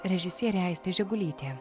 režisierė aistė žemulytė